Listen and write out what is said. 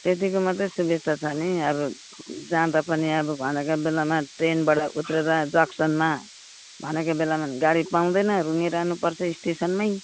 त्यतिको मात्रै सुबिस्ता छ नि अब जाँदा पनि अब भनेकै बेलामा ट्रेनबाट उत्रेर जक्सनमा भनेको बेलामा गाडी पाउँदैन रुँङ्गिरहनु पर्छ स्टेसनमै